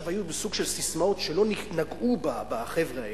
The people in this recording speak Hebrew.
היו בסוג של ססמאות שלא נגעו בחבר'ה האלה,